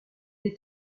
est